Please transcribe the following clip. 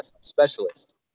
specialist